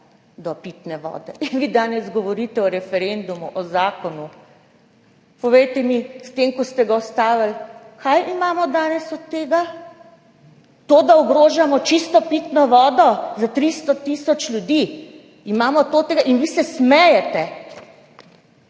do pitne vode. Vi danes govorite o referendumu, o zakonu. Povejte mi, s tem ko ste ga ustavili, kaj imamo danes od tega? To, da ogrožamo čisto pitno vodo za 300 tisoč ljudi. In vi se smejete.